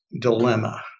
dilemma